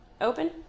open